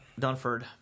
Dunford